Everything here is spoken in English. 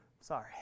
Sorry